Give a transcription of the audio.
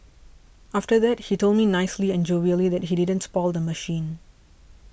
after that he told me nicely and jovially that he didn't spoil the machine